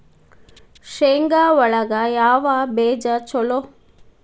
ಶೇಂಗಾ ಒಳಗ ಯಾವ ಬೇಜ ಛಲೋ?